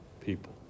people